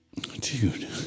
Dude